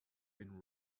been